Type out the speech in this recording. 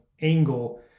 angle